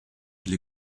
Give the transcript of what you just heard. les